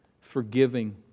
forgiving